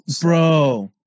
Bro